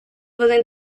flwyddyn